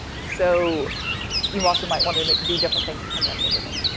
so you also might want to make do different things depending on your domain.